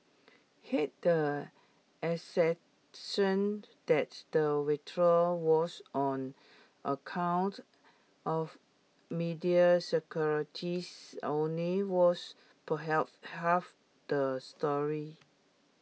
hence the assertion that the withdrawal was on account of media securities only was perhaps half the story